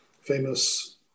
famous